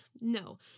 No